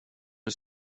den